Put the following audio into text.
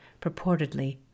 purportedly